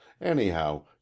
Anyhow